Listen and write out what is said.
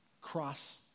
cross